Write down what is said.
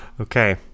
Okay